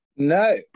No